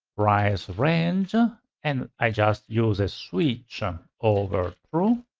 price range and i just use switch um over true.